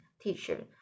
teacher